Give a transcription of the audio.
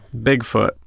Bigfoot